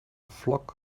flock